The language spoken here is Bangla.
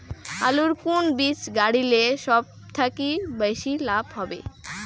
আলুর কুন বীজ গারিলে সব থাকি বেশি লাভ হবে?